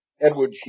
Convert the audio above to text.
Edward